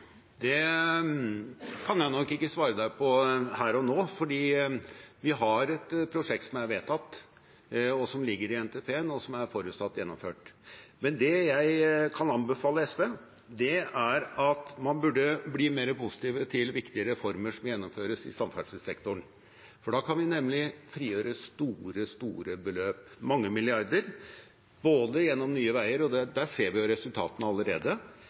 Det kan jeg nok ikke svare deg på her og nå, for vi har et prosjekt som er vedtatt, som ligger i NTP-en, og som er forutsatt gjennomført. Det jeg kan anbefale SV, er at man burde bli mer positiv til viktige reformer som gjennomføres i samferdselssektoren, for da kan vi nemlig frigjøre store beløp, mange milliarder – både gjennom Nye Veier AS, der vi ser resultatene allerede,